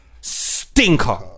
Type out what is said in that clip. stinker